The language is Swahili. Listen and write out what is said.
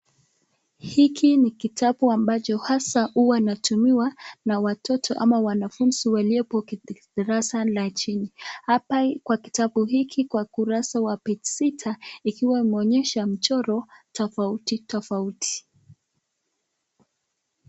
Hiki ni kitabu ambacho hasa huwa natumiwa, na watoto, ama wanafunzi waliopo darasa ya chini, hapa kwa kitabu hiki kwa ukurasa wa (cs)page(cs) sita, ikiwa inaonyesha mchoro, tofauti tofauti.